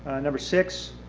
ah number six,